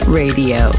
radio